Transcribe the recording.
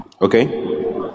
okay